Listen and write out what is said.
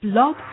Blog